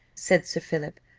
said sir philip,